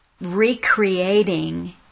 recreating